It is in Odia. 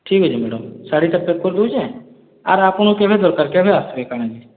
ଠିକ୍ ଅଛେ ମ୍ୟାଡ଼ାମ୍ ଶାଢ଼ୀଟା ପ୍ୟାକ୍ କରିଦେଉଛେଁ ଆର୍ ଆପଣଙ୍କର୍ କେବେ ଦର୍କାର୍ କେବେ ଆସ୍ବେ କା'ଣା